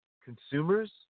consumers